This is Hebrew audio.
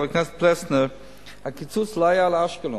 חבר הכנסת פלסנר, הקיצוץ לא היה לאשקלון.